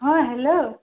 ହଁ ହେଲୋ